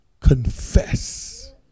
Confess